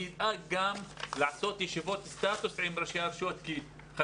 אני גם אדאג לעשות ישיבות סטטוס עם ראשי הרשויות כי בסוף